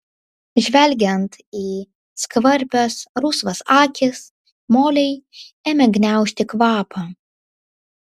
žvelgiant į skvarbias rusvas akis molei ėmė gniaužti kvapą